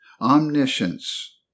omniscience